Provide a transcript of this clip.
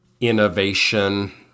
innovation